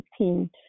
18